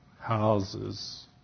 houses